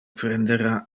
prendera